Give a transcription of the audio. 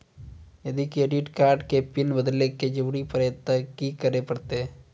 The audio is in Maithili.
यदि क्रेडिट कार्ड के पिन बदले के जरूरी परतै ते की करे परतै?